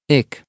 ik